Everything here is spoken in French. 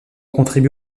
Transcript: contribué